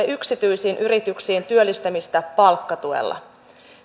yksityisiin yrityksiin työllistämiseen palkkatuella